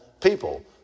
people